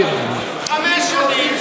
חמש שנים.